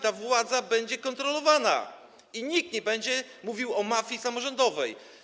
Ta władza będzie kontrolowana i nikt nie będzie mówił o mafii samorządowej.